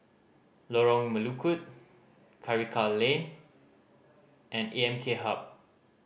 Lorong Melukut Karikal Lane and A M K Hub